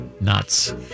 nuts